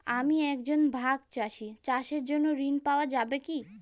আমি একজন ভাগ চাষি চাষের জন্য ঋণ পাওয়া যাবে কি?